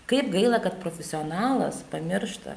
kaip gaila kad profesionalas pamiršta